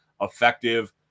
effective